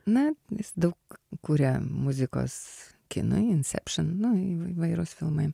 na jis daug kuria muzikos kinui inception nu įv įvairūs filmai